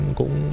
cũng